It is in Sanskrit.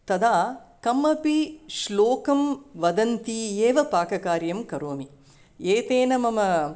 तदा कमपि श्लोकं वदन्ती एव पाककार्यं करोमि एतेन मम